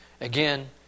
Again